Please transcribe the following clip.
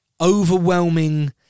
overwhelming